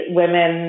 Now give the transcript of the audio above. women